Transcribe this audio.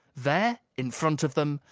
there, in front of them,